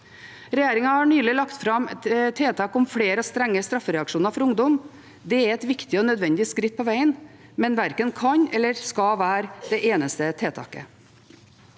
Regjeringen har nylig lagt fram tiltak om flere og strenge straffereaksjoner for ungdom. Det er et viktig og nødvendig skritt på vegen, men det verken kan eller skal være det eneste tiltaket.